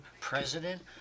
president